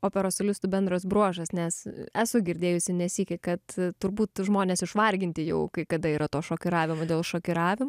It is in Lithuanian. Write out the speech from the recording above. operos solistų bendras bruožas nes esu girdėjusi ne sykį kad turbūt žmonės išvarginti jau kai kada yra to šokiravimo dėl šokiravimo